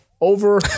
over